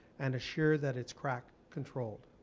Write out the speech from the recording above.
and assure that it's crack controlled?